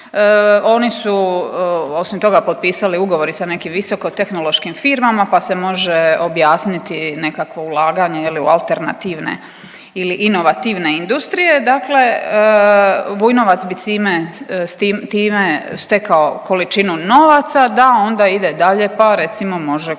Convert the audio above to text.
oni su osim toga potpisali ugovor i sa nekim visokotehnološkim firmama pa se može objasniti nekakvo ulaganje je li u alternativne ili inovativne industrije. Dakle, Vujnovac bi time, s time stekao količinu novaca da onda ide dalje pa recimo može kupiti